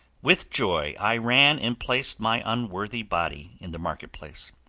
with joy i ran and placed my unworthy body in the market-place.